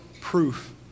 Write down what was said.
proof